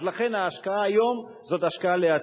אז לכן ההשקעה היום זאת השקעה לעתיד.